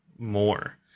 more